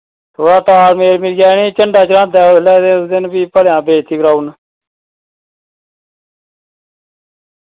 थोह्ड़ा तालमेल मिली जा नी झंडा चाढ़दे उसलै ते उस दिन फ्ही भलेआं बेस्ती कराऊन